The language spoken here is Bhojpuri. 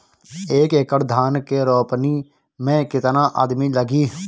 एक एकड़ धान के रोपनी मै कितनी आदमी लगीह?